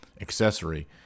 Accessory